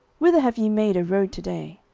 whither have ye made a road to day?